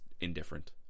indifferent